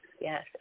Yes